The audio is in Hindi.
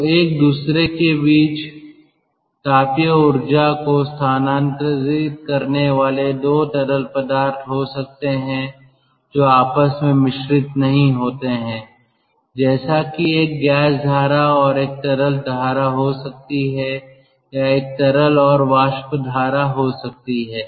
तो एक दूसरे के बीच तापीय ऊर्जा को स्थानांतरित करने वाले 2 तरल पदार्थ हो सकते हैं जो आपस में मिश्रित नहीं होते हैं जैसे कि एक गैस धारा और एक तरल धारा हो सकती है या एक तरल और वाष्प धारा हो सकती है